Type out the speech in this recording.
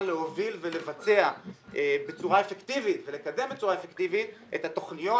להוביל ולבצע בצורה אפקטיבית ולקדם בצורה אפקטיבית את התכניות,